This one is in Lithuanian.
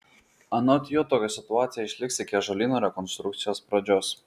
anot jo tokia situacija išliks iki ąžuolyno rekonstrukcijos pradžios